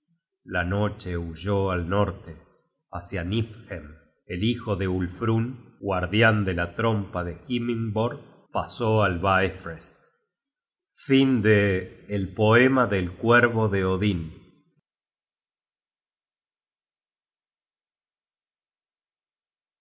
la noche huyó al norte hácia niflhem el hijo de uf guardian de la trompa de himmingborg pasó el baefroest